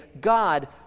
God